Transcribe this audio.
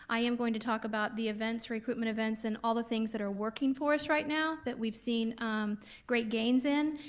i am going to talk about the events, recruitment events, and all the things that are working for us right now that we've seen great gains in,